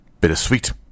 Bittersweet